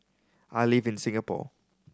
I live in Singapore